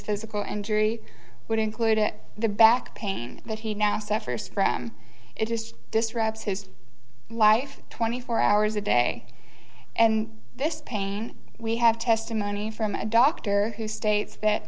physical injury would include in the back pain that he now suffers from it just disrupts his life twenty four hours a day and this pain we have testimony from a doctor who states that